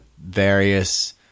various